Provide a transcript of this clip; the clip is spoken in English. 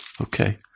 Okay